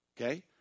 Okay